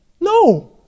No